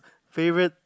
favourite